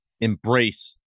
embrace